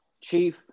chief